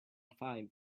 five